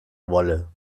wolle